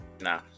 Nah